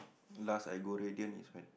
last I go Radiant is when